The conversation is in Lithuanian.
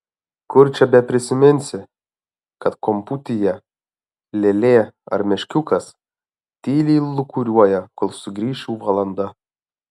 kur čia beprisiminsi kad kamputyje lėlė ar meškiukas tyliai lūkuriuoja kol sugrįš jų valanda